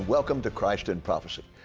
welcome to christ in prophecy!